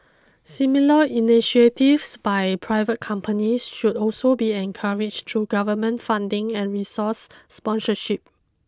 similar initiatives by private companies should also be encouraged through government funding and resource sponsorship